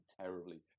terribly